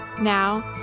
Now